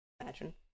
Imagine